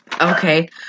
okay